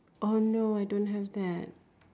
oh no I don't have that